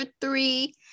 three